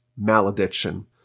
malediction